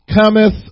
cometh